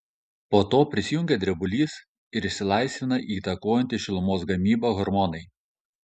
po to prisijungia drebulys ir išsilaisvina įtakojantys šilumos gamybą hormonai